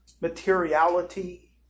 materiality